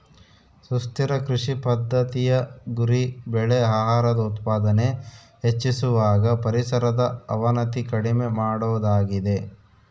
ಸುಸ್ಥಿರ ಕೃಷಿ ಪದ್ದತಿಯ ಗುರಿ ಬೆಳೆ ಆಹಾರದ ಉತ್ಪಾದನೆ ಹೆಚ್ಚಿಸುವಾಗ ಪರಿಸರದ ಅವನತಿ ಕಡಿಮೆ ಮಾಡೋದಾಗಿದೆ